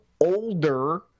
older